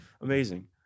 Amazing